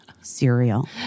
cereal